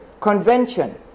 convention